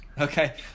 Okay